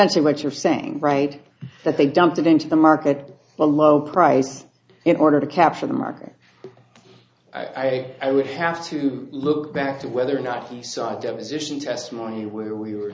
essentially what you're saying right that they dumped it into the market when lower prices in order to capture the market i would have to look back to whether or not he saw the deposition testimony where we were